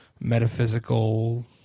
metaphysical